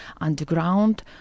underground